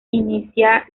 inicia